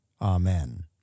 Amen